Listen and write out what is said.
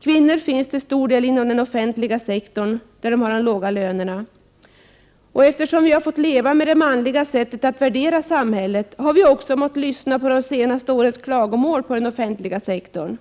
Kvinnorna finns till stor del inom den offentliga sektorn, där de har de låga lönerna. Eftersom vi har fått leva med det manliga sättet att värdera samhället har vi också måst lyssna på de senaste årens klagomål på den offentliga sektorn.